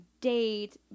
date